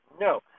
No